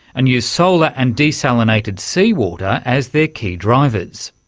and use solar and desalinated seawater as their key drivers.